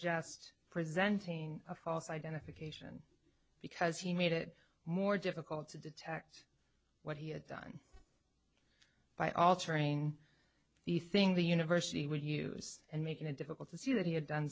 just presenting a false identification because he made it more difficult to detect what he had done by altering the thing the university would use and making it difficult to see that he had done